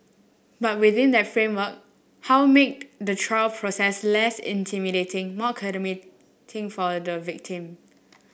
but within that framework how make the trial process less intimidating more for the victim